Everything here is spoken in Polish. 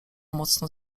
mocno